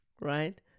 Right